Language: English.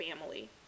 family